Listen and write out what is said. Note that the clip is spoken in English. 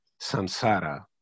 samsara